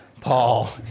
Paul